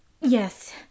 Yes